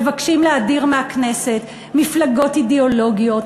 מבקשים להדיר מהכנסת מפלגות אידיאולוגיות,